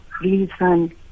reason